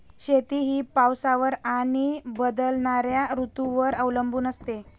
शेती ही पावसावर आणि बदलणाऱ्या ऋतूंवर अवलंबून असते